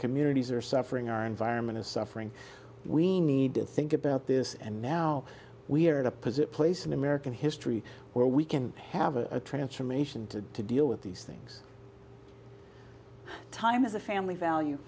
communities are suffering our environment is suffering we need to think about this and now we're in a position in american history where we can have a transformation to deal with these things time as a family value